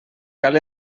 cal